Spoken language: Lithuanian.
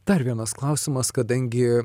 dar vienas klausimas kadangi